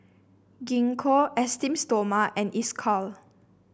Gingko Esteem Stoma and Isocal